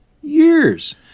Years